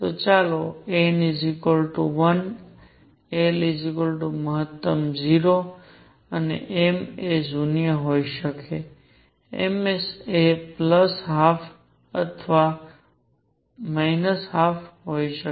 તો ચાલો જોઈએ n 1 l મહત્તમ 0 હોઈ શકે m એ 0 હોઈ શકે અને m s એ અડધા અથવા ઓછા અડધા હોઈ શકે